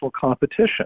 competition